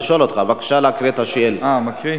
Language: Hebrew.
בבקשה להקריא את השאילתא.